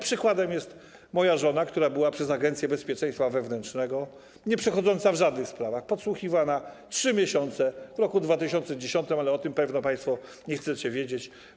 Przykładem jest sprawa mojej żony, która była przez Agencję Bezpieczeństwa Wewnętrznego, nieprzychodzącą w żadnych sprawach, podsłuchiwana przez 3 miesiące w roku 2010, ale o tym pewno państwo nie chcecie wiedzieć.